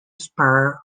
spur